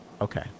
Okay